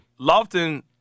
Lofton